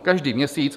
Každý měsíc.